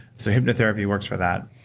so hypnotherapy works for that?